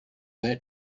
that